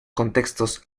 contextos